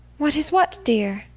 what is what, dear?